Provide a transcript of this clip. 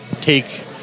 take